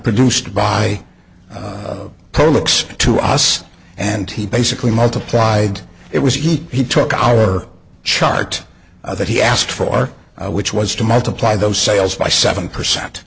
produced by tolex to us and he basically multiplied it was he took our chart that he asked for which was to multiply those sales by seven percent